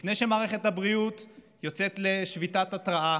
לפני שמערכת הבריאות יוצאת לשביתת התראה,